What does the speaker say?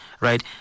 Right